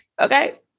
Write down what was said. okay